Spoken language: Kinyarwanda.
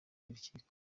y’urukiko